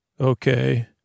Okay